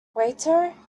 waiter